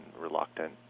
reluctant